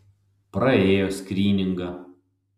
praėjo skryningą